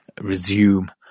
resume